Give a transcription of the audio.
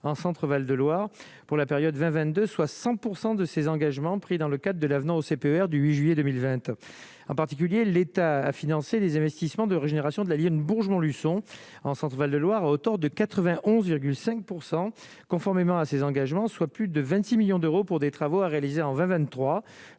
Centre-Val-de-Loire pour la période 20 22 soit 100 % de ses engagements pris dans le cas de l'avenant au CPER du 8 juillet 2020 en particulier l'État à financer des investissements de régénération de la Bourges Montluçon en Centre Val de Loire, à hauteur de 91,5 % conformément à ses engagements, soit plus de 26 millions d'euros pour des travaux à réaliser en 23